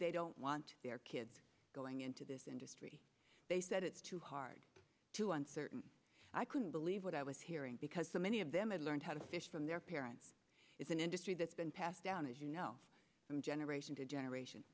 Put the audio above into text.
they don't want their kids going into this industry they said it's too hard to uncertain i couldn't believe what i was hearing because so many of them had learned how to fish from their parents it's an industry that's been passed down as you know from generation to generation